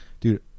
Dude